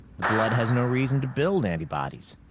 the blood has no reason to build antibodies.